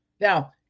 Now